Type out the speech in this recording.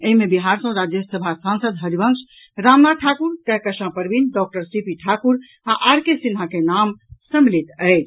एहि मे बिहार सॅ राज्यसभा सांसद Harivansh Ramnath Thakur Kahkashan Parveen doctor C P Thakur आ आर के सिन्हा के नाम सम्मिलत अछि